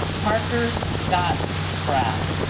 parker scott sproul